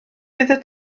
fydd